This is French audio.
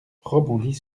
rebondit